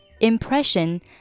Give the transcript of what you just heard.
impression